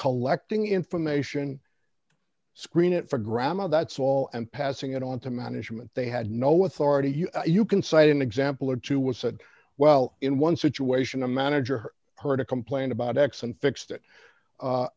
collecting information screen it for grandma that's all and passing it on to management they had no authority you can cite an example or two was said well in one situation a manager heard a complaint about x and fixed it